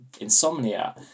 insomnia